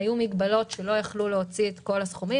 היו מגבלות שלא יכלו להוציא את כל הסכומים.